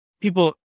people